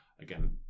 again